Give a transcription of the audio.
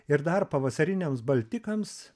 ir dar pavasariniams baltikams